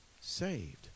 saved